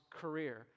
career